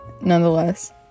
nonetheless